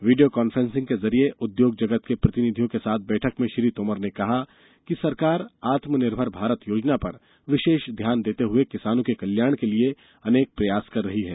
video conferencing के जरिए उद्योग जगत के प्रतिनिधियों के साथ बैठक में श्री तोमर ने कहा कि सरकार आत्मनिर्भर भारत योजना पर विशेष ध्यान देते हुए किसानों के कल्यांण के लिए अनेक प्रयास कर रही है